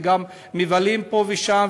וגם מבלים פה ושם,